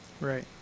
Right